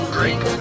Drink